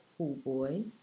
Poolboy